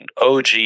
OG